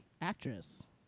actress